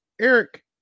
Eric